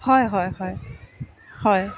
হয় হয় হয় হয়